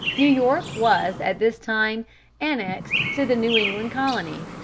new york was at this time annexed to the new england colony,